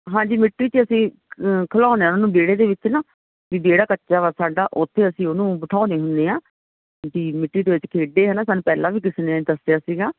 ਹਾਂਜੀ ਮਿੱਟੀ 'ਚ ਅਸੀਂ ਖਿਲਾਉਂਦੇ ਹਾਂ ਉਹਨਾਂ ਨੂੰ ਵਿਹੜੇ ਦੇ ਵਿੱਚ ਨਾ ਵੀ ਵਿਹੜਾ ਕੱਚਾ ਵਾ ਸਾਡਾ ਉੱਥੇ ਅਸੀਂ ਉਹਨੂੰ ਬਿਠਾਉਂਦੇ ਹੁੰਦੇ ਹਾਂ ਵੀ ਮਿੱਟੀ ਦੇ ਵਿੱਚ ਖੇਡਦੇ ਆ ਨਾ ਸਾਨੂੰ ਪਹਿਲਾਂ ਵੀ ਕਿਸੇ ਨੇ ਐਂ ਦੱਸਿਆ ਸੀਗਾ